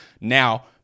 now